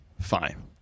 fine